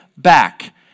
back